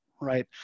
right